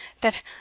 that